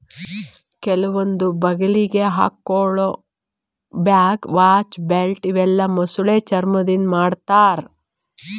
ಕೆಲವೊಂದ್ ಬಗಲಿಗ್ ಹಾಕೊಳ್ಳ ಬ್ಯಾಗ್, ವಾಚ್, ಬೆಲ್ಟ್ ಇವೆಲ್ಲಾ ಮೊಸಳಿ ಚರ್ಮಾದಿಂದ್ ಮಾಡ್ತಾರಾ